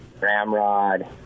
Ramrod